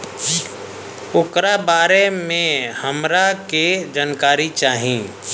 ओकरा बारे मे हमरा के जानकारी चाही?